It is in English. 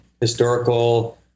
historical